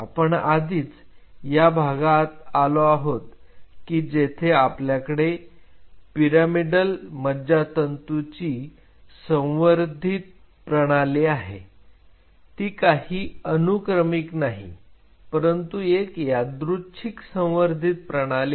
आपण आधीच या भागात आलो आहोत की जेथे आपल्याकडे पीरामिदल मज्जातंतूंची संवर्धित प्रणाली आहे ती काही अनुक्रमिक नाही परंतु एक यादृच्छिक संवर्धित प्रणाली आहे